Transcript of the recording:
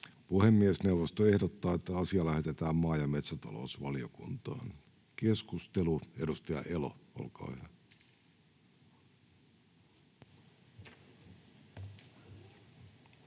Puhemiesneuvosto ehdottaa, että asia lähetetään maa- ja metsätalousvaliokuntaan. — Keskusteluun, edustaja Elo, olkaa hyvä.